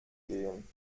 gehen